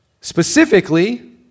specifically